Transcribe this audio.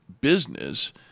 business